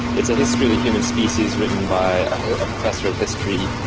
it's a history of the human species written by a professor of history